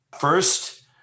First